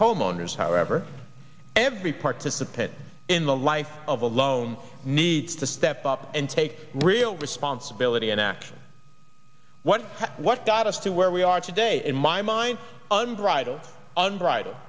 homeowners however every participant in the life of a loan needs to step up and take real responsibility and actually what what got us to where we are today in my mind and bridles unbridled